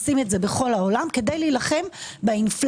עושים את זה בכל העולם כדי להילחם באינפלציה,